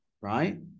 right